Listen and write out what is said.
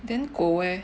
then 狗 eh